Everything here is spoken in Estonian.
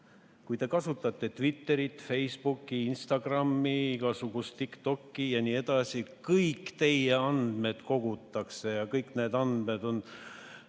kui te kasutate Twitterit, Facebooki, Instagrami, igasugust TikTokki jne? Kõik teie andmed kogutakse ja kõik need andmed ei